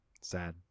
Sad